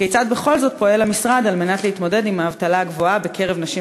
כיצד בכל זאת פועל המשרד להתמודד עם האבטלה הגבוהה בקרב נשים